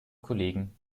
kollegen